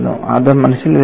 അത് മനസ്സിൽ വയ്ക്കുക